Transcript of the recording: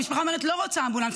המשפחה אומרת: לא רוצה אמבולנס,